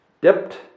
dipped